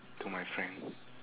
to my friend